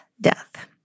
death